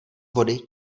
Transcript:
vody